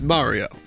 Mario